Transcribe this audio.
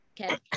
Okay